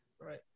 Right